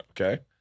okay